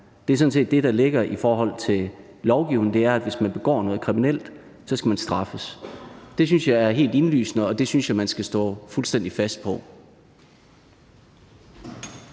Det er sådan set det, der ligger i lovgivningen: Hvis man begår noget kriminelt, skal man straffes. Det synes jeg er helt indlysende, og det synes jeg man skal stå fuldstændig fast på.